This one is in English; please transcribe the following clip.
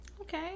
Okay